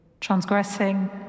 Transgressing